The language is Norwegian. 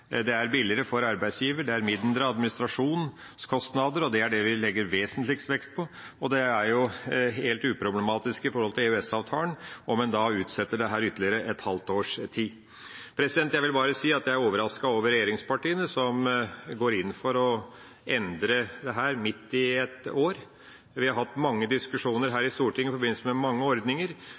Det er billigere for arbeidsgiver, det er mindre administrasjonskostnader – og det er det vi legger vesentligst vekt på – og det er helt uproblematisk med henblikk på EØS-avtalen om en utsetter dette ytterligere et halvt års tid. Jeg vil bare si at jeg er overrasket over regjeringspartiene, som går inn for å endre dette midt i et år. Vi har hatt mange diskusjoner i Stortinget i forbindelse med mange ordninger,